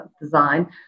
design